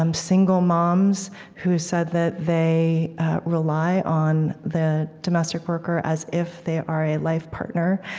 um single moms who said that they rely on the domestic worker as if they are a life partner.